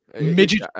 Midget